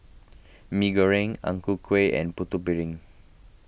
Mee Goreng Ang Ku Kueh and Putu Piring